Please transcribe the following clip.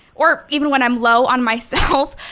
or even when i'm low on myself,